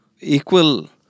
equal